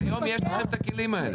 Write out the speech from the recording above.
כלומר היום יש את הכלים האלה.